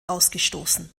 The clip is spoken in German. ausgestoßen